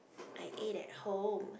I ate at home